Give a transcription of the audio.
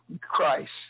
Christ